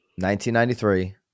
1993